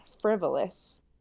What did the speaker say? frivolous